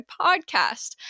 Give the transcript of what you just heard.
podcast